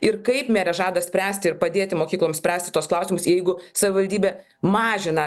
ir kaip merė žada spręsti ir padėti mokykloms spręsti tuos klausimus jeigu savivaldybė mažina